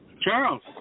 Charles